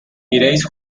iréis